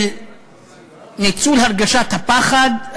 של ניצול הרגשת הפחד,